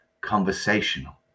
conversational